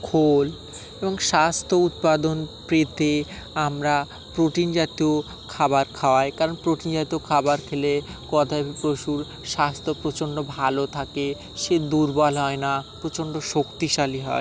খোল এবং স্বাস্থ্য উৎপাদন পেতে আমরা প্রোটিন জাতীয় খাবার খাওয়াই কারণ প্রোটিন জাতীয় খাবার খেলে গবাদি পশুর স্বাস্থ্য প্রচণ্ড ভালো থাকে সে দুর্বল হয় না প্রচণ্ড শক্তিশালী হয়